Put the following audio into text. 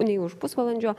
nei už pusvalandžio